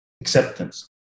acceptance